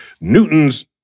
Newton's